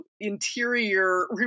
interior